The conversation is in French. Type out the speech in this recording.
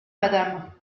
madame